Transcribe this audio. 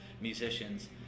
musicians